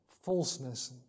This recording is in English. Falseness